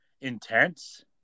intense